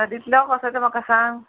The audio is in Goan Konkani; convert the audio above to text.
दितलो कसो तें म्हाका सांग